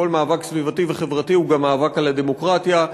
וכל מאבק סביבתי וחברתי הוא גם מאבק על הדמוקרטיה,